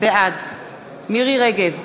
בעד מירי רגב,